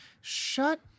shut